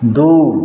दू